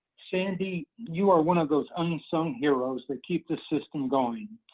sandy, you are one of those unsung heroes that keep the system going.